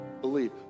believe